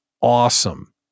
Awesome